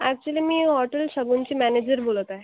actually मी hotel शगूनची manager बोलत आहे